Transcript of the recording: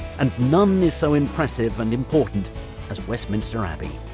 and none is so impressive and important as westminster abbey.